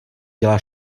dělá